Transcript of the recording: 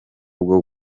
bwo